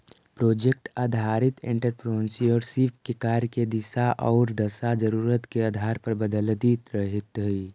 project आधारित entrepreneurship के कार्य के दिशा औउर दशा जरूरत के आधार पर बदलित रहऽ हई